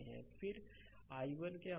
तो फिर i1 क्या होगा